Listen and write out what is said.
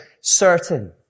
certain